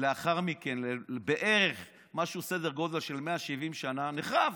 לאחר בערך סדר גודל של 170 שנה נחרב,